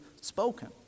spoken